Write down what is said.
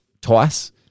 twice